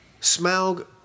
Smaug